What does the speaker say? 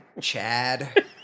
Chad